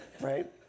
right